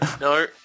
no